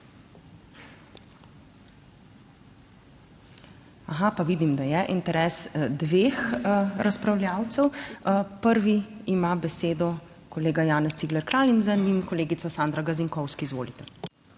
Vidim, da je interes dveh razpravljavcev. Prvi ima besedo kolega Janez Cigler Kralj in za njim kolegica Sandra Gazinkovski. Izvolite.